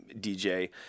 DJ